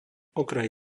okraj